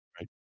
right